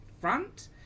front